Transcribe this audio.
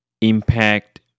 impact